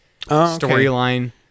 storyline